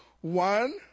one